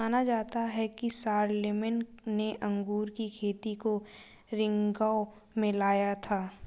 माना जाता है कि शारलेमेन ने अंगूर की खेती को रिंगौ में लाया था